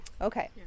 Okay